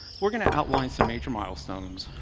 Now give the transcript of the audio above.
we're going to outline some major milestones,